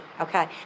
Okay